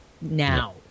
now